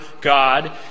God